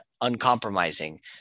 uncompromising